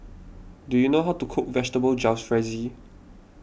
do you know how to cook Vegetable Jalfrezi